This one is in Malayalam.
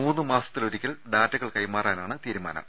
മൂന്നുമാസത്തിലൊരിക്കൽ ഡാറ്റകൾ കൈമാറാനാണ് തീരുമാനം